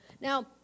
Now